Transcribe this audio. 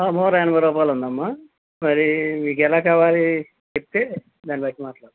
మూర ఎనభై రూపాయలు ఉందమ్మా మరి మీకు ఎలా కావాలి చెప్తే దాన్ని బట్టి మాట్లాడదాం